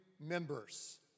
members